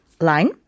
line